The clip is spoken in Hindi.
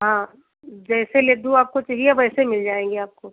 हाँ जैसे लेड्डू आपको चाहिए वैसे मिल जाएँगे आपको